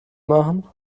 machen